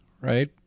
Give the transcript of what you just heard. right